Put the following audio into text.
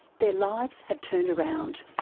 their lives have turned around.